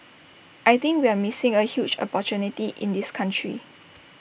I think we are missing A huge opportunity in this country